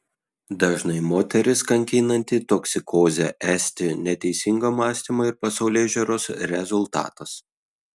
dažnai moteris kankinanti toksikozė esti neteisingo mąstymo ir pasaulėžiūros rezultatas